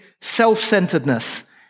self-centeredness